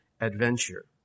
adventure